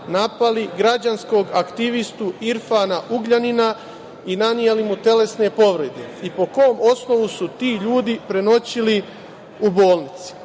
napali građanskog aktivistu Irfana Ugljanina i naneli mu telesne povrede? Po kom osnovu su ti ljudi prenoćili u bolnici? Šta